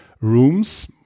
rooms